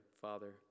father